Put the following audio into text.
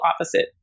opposite